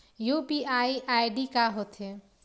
UPI ID का होथे?